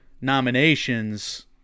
nominations